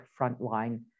frontline